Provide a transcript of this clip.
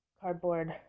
cardboard